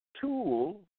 tool